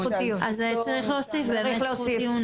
צריך להוסיף זכות עיון